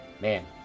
Man